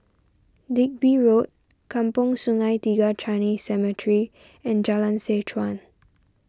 Digby Road Kampong Sungai Tiga Chinese Cemetery and Jalan Seh Chuan